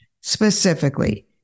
Specifically